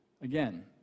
Again